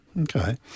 Okay